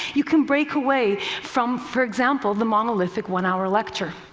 you can break away from, for example, the monolithic one-hour lecture.